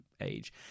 age